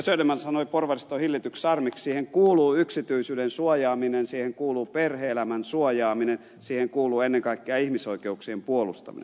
söderman sanoi porvariston hillityksi charmiksi kuuluu yksityisyyden suojaaminen siihen kuuluu perhe elämän suojaaminen siihen kuuluu ennen kaikkea ihmisoikeuksien puolustaminen